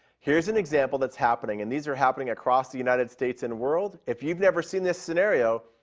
here's an example that's happening, and these are happening across the united states and world. if you've never seen this scenario,